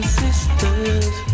sisters